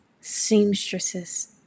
seamstresses